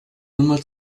nummer